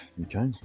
Okay